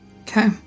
Okay